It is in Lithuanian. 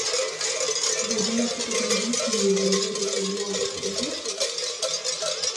vadinasi kad nuvytumei virvę reikia guobos ir liepos